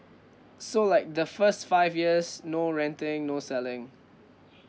so like the first five years no renting no selling